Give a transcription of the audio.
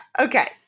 okay